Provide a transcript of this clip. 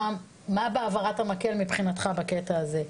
מה בהעברת המקל מבחינתך בקטע הזה.